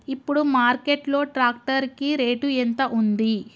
ఇప్పుడు మార్కెట్ లో ట్రాక్టర్ కి రేటు ఎంత ఉంది?